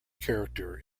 character